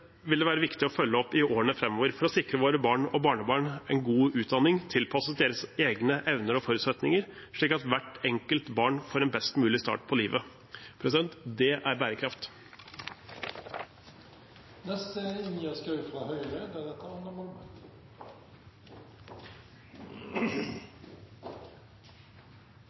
vil det være viktig å følge opp i årene framover for å sikre våre barn og barnebarn en god utdanning tilpasset deres egne evner og forutsetninger, slik at hvert enkelt barn får en best mulig start på livet. Det er